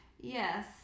Yes